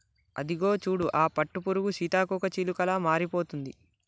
అదిగో చూడు ఆ పట్టుపురుగు సీతాకోకచిలుకలా మారిపోతుంది